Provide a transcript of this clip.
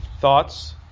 thoughts